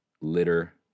litter